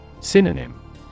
Synonym